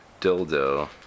dildo